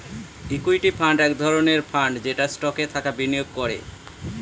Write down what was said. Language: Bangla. ইকুইটি ফান্ড এক ধরনের ফান্ড যেটা স্টকে টাকা বিনিয়োগ করে